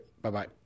Bye-bye